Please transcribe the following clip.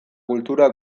kultura